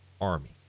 Army